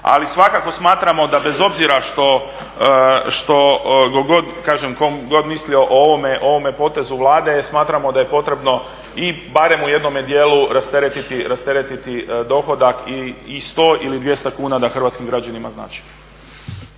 Ali svakako smatramo da bez obzira što god, kažem tko god mislio o ovom potezu Vlade smatramo da je potrebno i barem u jednome dijelu rasteretiti dohodak i 100 ili 200 kuna da hrvatskim građanima znači.